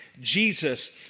Jesus